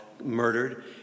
murdered